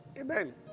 Amen